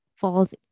falls